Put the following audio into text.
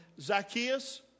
Zacchaeus